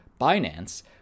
Binance